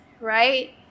right